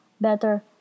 better